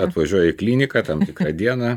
atvažiuoja į kliniką tam tikrą dieną